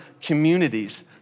communities